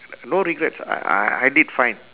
no regrets I I I did fine